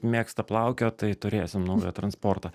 mėgsta plaukiot tai turėsim naują transportą